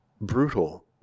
brutal